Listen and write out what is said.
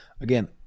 again